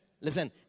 listen